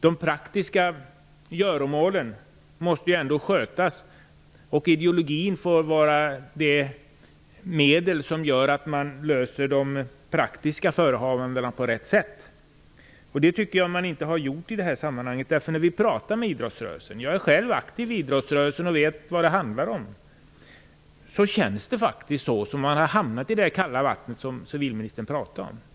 De praktiska göromålen måste ju ändå skötas, och ideologin kan då vara det medel som gör att man ordnar de praktiska förehavandena på rätt sätt. Det har inte varit fallet här. Jag är själv aktiv i idrottsrörelsen och vet vad det handlar om, och det känns faktiskt som om idrottsrörelsen har hamnat i det kalla vatten som civilministern pratar om.